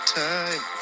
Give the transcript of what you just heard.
time